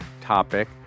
topic